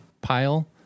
pile